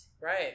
Right